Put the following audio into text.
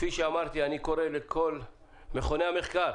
כפי שאמרתי, אני קורא לכל מכוני המחקר